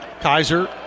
Kaiser